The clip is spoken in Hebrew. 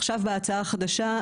עכשיו בהצעה החדשה,